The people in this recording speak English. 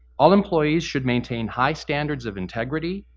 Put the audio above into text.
all employees should maintain high standards of integrity,